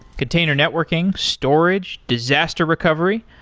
container networking, storage, disaster recovery,